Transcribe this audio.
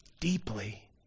deeply